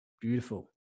beautiful